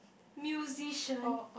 musician